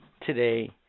today